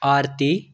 आरती